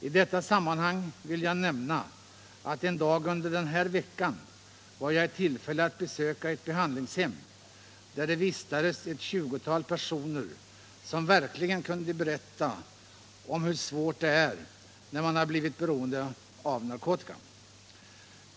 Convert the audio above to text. I detta sammanhang vill jag nämna att en dag under den här veckan var jag i tillfälle att besöka ett behandlingshem där det vistades ett tjugotal personer som verkligen kunde berätta om hur svårt det är när man har blivit beroende av narkotika.